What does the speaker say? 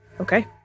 Okay